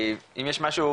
ואני שואל האם יש משהו